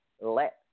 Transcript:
Let